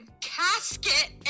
casket